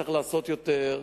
צריך לעשות יותר.